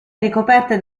ricoperte